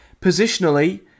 positionally